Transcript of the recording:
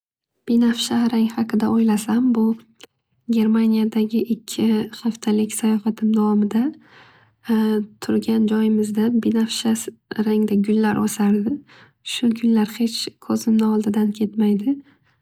Binafsha rang haqida o'ylasam bu germaniyadagi ikki haftalik sayohatim davomida turgan joyimizda binafsha rangda gullar o'sardi. Shu gular hech esimda chiqmaydi.